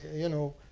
you know,